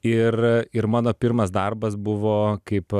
ir ir mano pirmas darbas buvo kaip